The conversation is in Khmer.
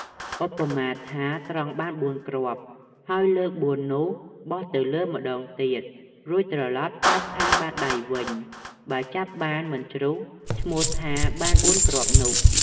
ឧបមាថា ត្រងបាន៤គ្រាប់ ហើយលើក ៤ នោះបោះទៅលើម្តងទៀត រួចត្រឡប់ចាប់ខាងបាតដៃវិញ បើចាប់បានមិនជ្រុះឈ្មោះថាបាន ៤គ្រាប់នោះ។